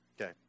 Okay